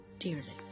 Dearly